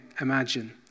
imagine